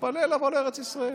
התפלל לבוא ארץ ישראל.